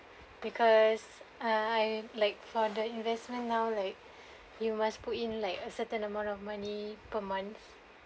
because I like for the investment now like you must put in like a certain amount of money per month